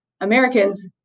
Americans